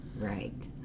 right